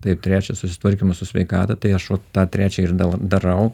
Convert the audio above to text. taip trečia susitvarkymo su sveikata tai aš tą trečią ir da darau